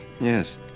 Yes